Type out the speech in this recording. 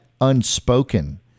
unspoken